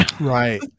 right